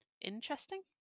Interesting